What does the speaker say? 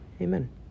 Amen